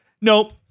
Nope